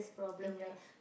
mm ya